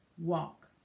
walk